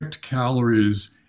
calories